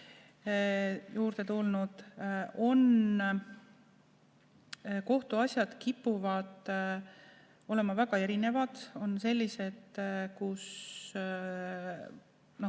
juurde tulnud. Kohtuasjad kipuvad olema väga erinevad: on selliseid, kus